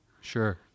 Sure